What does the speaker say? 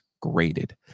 Graded